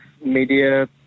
media